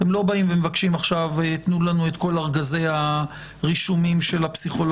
אתם לא מבקשים: תנו לנו את כל ארגזי הרישומים של הפסיכולוג.